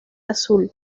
azul